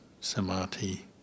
samadhi